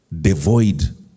devoid